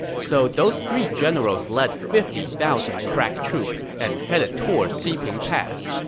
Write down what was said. so those three generals led fifty thousand crack troops and headed toward xiping pass.